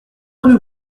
rue